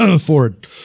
Ford